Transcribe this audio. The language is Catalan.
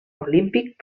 olímpic